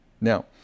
Now